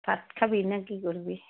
ভাত খাবি ন কি কৰিবি